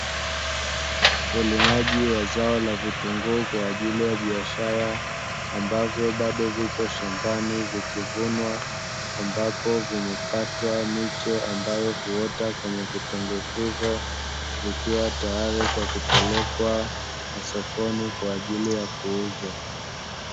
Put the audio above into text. Ulimaji wa zao la vitunguu kwaajili ya biashara, ambavyo bado vipo shambani vikivunwa, ambapo vimekatwa miche ambayo huota kwenye vitunguu hivyo, vikiwa tayari kupelekwa masakoni kwaajili ya kuuzwa.